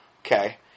Okay